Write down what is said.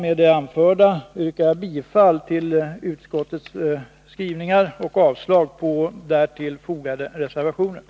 Med det anförda yrkar jag bifall till hemställan i utskottsbetänkandet och avslag på reservationerna.